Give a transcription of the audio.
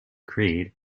creed